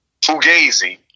Fugazi